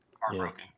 Heartbroken